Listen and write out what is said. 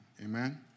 Amen